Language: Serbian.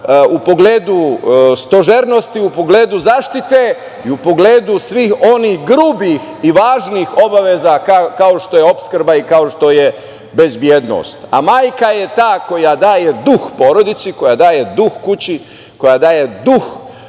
u pogledu stožernosti, u pogledu zaštite i u pogledu svih onih grubih i važnih obaveza kao što je opskrba i kao što je bezbednost. Majka je ta koja daje duh porodici, koja daje duh kući, koja daje duh